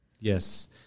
Yes